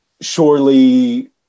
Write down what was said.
surely